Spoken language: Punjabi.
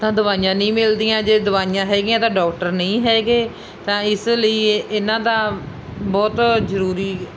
ਤਾਂ ਦਵਾਈਆਂ ਨਹੀਂ ਮਿਲਦੀਆਂ ਜੇ ਦਵਾਈਆਂ ਹੈਗੀਆਂ ਤਾਂ ਡਾਕਟਰ ਨਹੀਂ ਹੈਗੇ ਤਾਂ ਇਸ ਲਈ ਇਹ ਇਹਨਾਂ ਦਾ ਬਹੁਤ ਜ਼ਰੂਰੀ